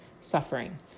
suffering